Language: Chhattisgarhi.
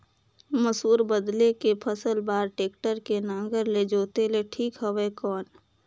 मसूर बदले के फसल बार टेक्टर के नागर ले जोते ले ठीक हवय कौन?